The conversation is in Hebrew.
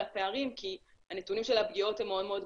הפערים כי הנתונים של הפגיעות הם מאוד גבוהים,